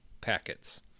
packets